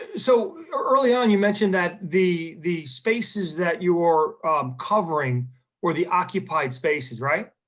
so early on you mentioned that the the spaces that you're covering were the occupied spaces, right?